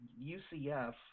UCF